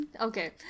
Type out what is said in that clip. okay